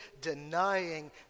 denying